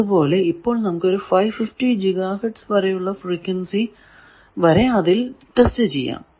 അതുപോലെ ഇപ്പോൾ നമുക്ക് 550 ജിഗാ ഹേർട്സ് ഉള്ള ഫ്രീക്വൻസി വരെ അതിൽ ടെസ്റ്റ് ചെയ്യാം